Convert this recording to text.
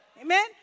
Amen